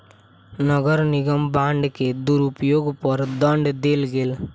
नगर निगम बांड के दुरूपयोग पर दंड देल गेल